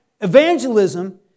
evangelism